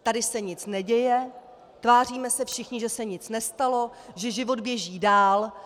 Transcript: Tady se nic neděje, tváříme se všichni, že se nic nestalo, že život běží dál.